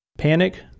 Panic